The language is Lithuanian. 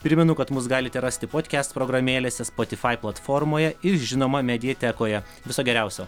primenu kad mus galite rasti podkest programėlėse spotify platformoje ir žinoma mediatekoje viso geriausio